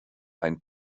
ein